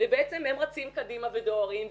ובעצם הם רצים קדימה ודוהרים.